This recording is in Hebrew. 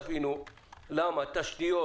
אולי בגלל תשתיות.